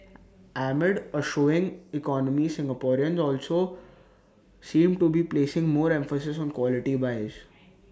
amid A slowing economy Singaporeans also seem to be placing more emphasis on quality buys